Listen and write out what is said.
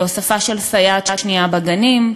להוספה של סייעת שנייה בגנים,